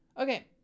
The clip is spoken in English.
Okay